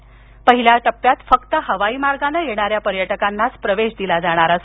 यातील पहिल्या टप्प्यात फक्त हवाई मार्गाने येणाऱ्या पर्यटकांनाच प्रवेश दिला जाणार आहे